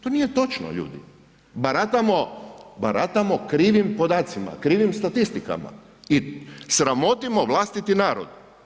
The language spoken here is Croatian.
To nije točno, ljudi, baratamo krivim podacima, krivim statistikama i sramotimo vlastiti narod.